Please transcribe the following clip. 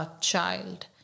child